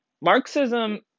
Marxism